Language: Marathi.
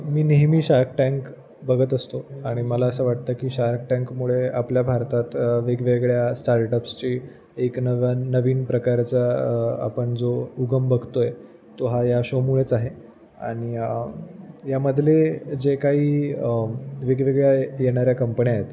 मी नेहमी शार्क टँक बघत असतो आणि मला असं वाटतं की शार्क टँकमुळे आपल्या भारतात वेगवेगळ्या स्टार्टअप्सची एक नव्या नवीन प्रकारचा आपण जो उगम बघतो आहे तो हा या शोमुळेच आहे आणि यामधले जे काही वेगवेगळ्या येणाऱ्या कंपण्या आहेत